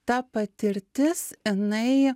ta patirtis inai